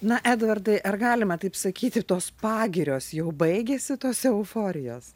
na edvardai ar galima taip sakyti tos pagirios jau baigėsi tos euforijos